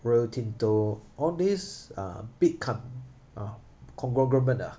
Rio Tinto all these uh big com~ uh ah